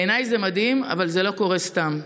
בעיניי זה מדהים, אבל זה לא קורה סתם.